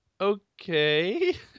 Okay